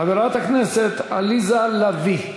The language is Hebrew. חברת הכנסת עליזה לביא,